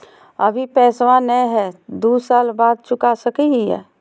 अभि पैसबा नय हय, दू साल बाद चुका सकी हय?